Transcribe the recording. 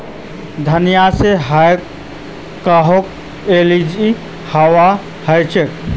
धनिया से काहको काहको एलर्जी हावा सकअछे